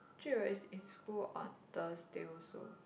Jun Wei is in school on Thursday also